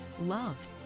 love